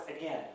again